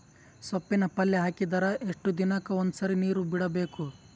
ಸೊಪ್ಪಿನ ಪಲ್ಯ ಹಾಕಿದರ ಎಷ್ಟು ದಿನಕ್ಕ ಒಂದ್ಸರಿ ನೀರು ಬಿಡಬೇಕು?